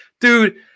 dude